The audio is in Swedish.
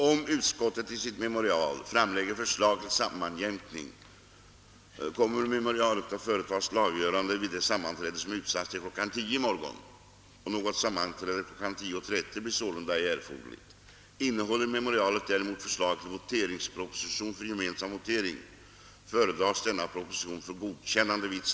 Om utskottet i sina memorial endast framlägger förslag till sammanjämkning, kommer memorialen att företagas till avgörande vid det sammanträde som utsatts till kl. 10.00 i morgon, och det sammanträde som utsatts till kl. 10.30 blir sålunda ej erforderligt.